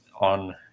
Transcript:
on